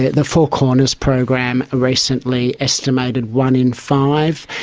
the four corners program recently estimated one in five.